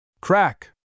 Crack